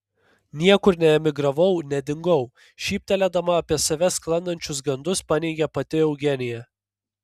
niekur neemigravau nedingau šyptelėdama apie save sklandančius gandus paneigė pati eugenija